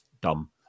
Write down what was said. Dumb